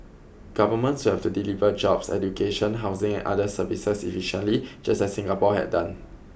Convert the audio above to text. governments would have to deliver jobs education housing and other services efficiently just as Singapore had done